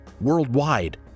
worldwide